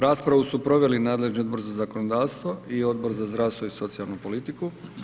Raspravu su proveli nadležni Odbor za zakonodavstvo i Odbor za zdravstvo i socijalnu politiku.